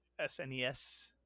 SNES